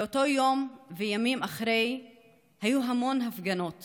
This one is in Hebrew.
באותו יום וימים אחרי היו המון הפגנות